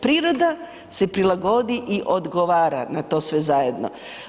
Priroda se prilagodi i odgovara na to sve zajedno.